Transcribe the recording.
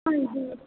ਹਾਂਜੀ